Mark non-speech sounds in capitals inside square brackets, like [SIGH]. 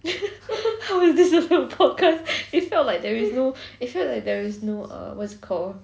[LAUGHS] how is this even a podcast it felt like there is no it felt like there is no err what is it called